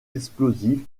explosive